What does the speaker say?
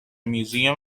museum